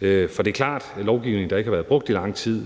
forhold til en lovgivning, der ikke har været brugt i lang tid,